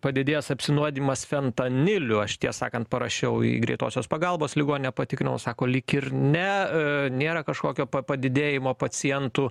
padidėjęs apsinuodijimas fentaniliu aš tiesą sakant parašiau į greitosios pagalbos ligoninę patikrinau sako lyg ir ne nėra kažkokio padidėjimo pacientų